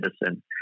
medicine